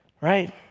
Right